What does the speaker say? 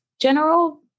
general